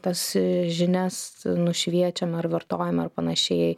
tas žinias nušviečiam ar vartojam ar panašiai